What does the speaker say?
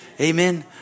Amen